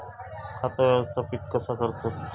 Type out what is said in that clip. खाता व्यवस्थापित कसा करतत?